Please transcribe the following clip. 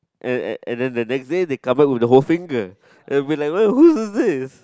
and and and then the next day they cover with the whole finger they'll be like whose is this